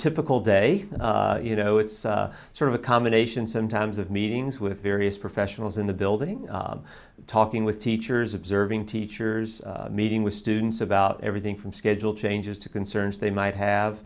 typical day you know it's sort of a combination sometimes of meetings with various professionals in the building talking with teachers observing teachers meeting with students about everything from schedule changes to concerns they might have